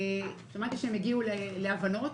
שמעתי שהם הגיעו להבנות,